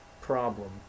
problem